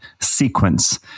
sequence